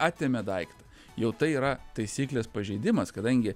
atėmė daiktą jau tai yra taisyklės pažeidimas kadangi